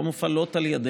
והן לא מופעלות על ידינו.